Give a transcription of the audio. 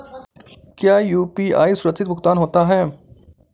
क्या यू.पी.आई सुरक्षित भुगतान होता है?